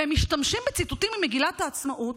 והם משתמשים בציטוטים ממגילת העצמאות,